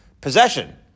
possession